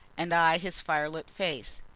and i his firelit face.